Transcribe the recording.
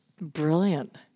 Brilliant